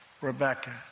Rebecca